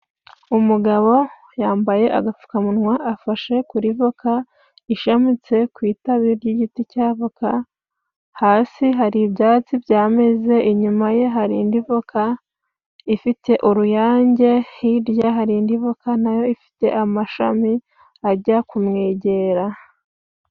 Umugabo yambaye agapfukamunwa, afashe kuri voka ishamitse ku itabi ry'igiti cya voka, hasi hari ibyatsi byameze. Inyuma ye hari indi voka ifite uruyange, hirya hari indi voka nayo ifite amashami ajya kumwegera.